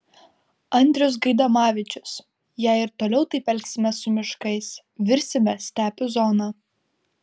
andrius gaidamavičius jei ir toliau taip elgsimės su miškais virsime stepių zona